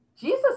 Jesus